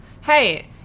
Hey